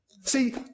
See